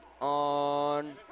on